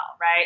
right